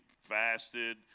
fasted